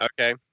okay